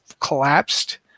collapsed